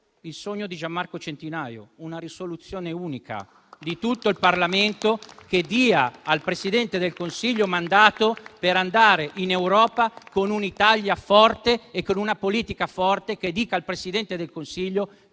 il sogno di Gian Marco Centinaio. Una risoluzione unica di tutto il Parlamento, che dia al Presidente del Consiglio mandato per andare in Europa con un'Italia forte e con una politica forte che dica al Presidente del Consiglio: